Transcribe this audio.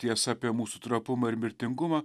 tiesą apie mūsų trapumą ir mirtingumą